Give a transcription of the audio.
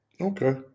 Okay